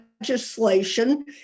legislation